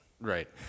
Right